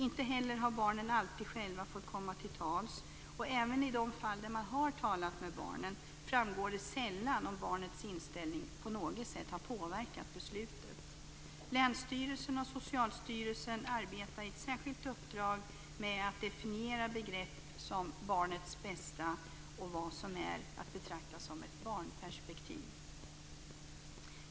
Inte heller har barnen alltid själva fått komma till tals, och även i de fall där man har talat med barnen framgår det sällan om barnets inställning på något sätt har påverkat beslutet. Länsstyrelsen och Socialstyrelsen arbetar i ett särskilt uppdrag med att definiera begrepp som "barnets bästa" och vad som är att betrakta som ett "barnperspektiv".